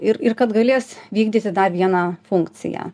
ir ir kad galės vykdyti dar vieną funkciją